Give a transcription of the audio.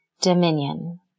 dominion